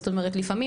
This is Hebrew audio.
זאת אומרת לפעמים,